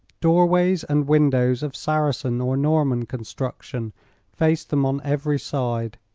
doorways and windows of saracen or norman construction faced them on every side,